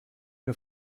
nur